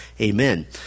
Amen